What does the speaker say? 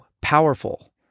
powerful